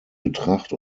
betracht